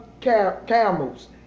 camels